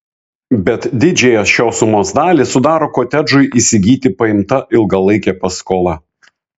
bet didžiąją šios sumos dalį sudaro kotedžui įsigyti paimta ilgalaikė paskola